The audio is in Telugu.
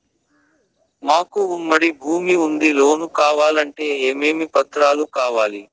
మాకు ఉమ్మడి భూమి ఉంది లోను కావాలంటే ఏమేమి పత్రాలు కావాలి?